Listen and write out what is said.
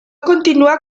continuar